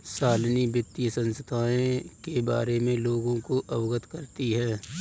शालिनी वित्तीय संस्थाएं के बारे में लोगों को अवगत करती है